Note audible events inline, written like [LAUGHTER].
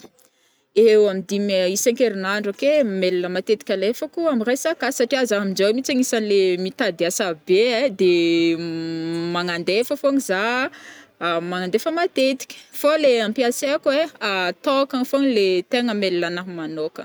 Eo amy dimy isan-kerinandro ake mail matetika alefako ami resaka asa satria za aminjao agnisany le mitady asa be ai de [HESITATION] magnandefa fogna za [HESITATION] magnandefa matetika, fô le ampiasaiko ai, tôkagna fogna le tegna mail-na manokagna.